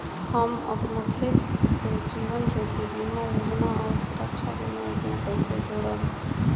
हम अपना खाता से जीवन ज्योति बीमा योजना आउर सुरक्षा बीमा योजना के कैसे जोड़म?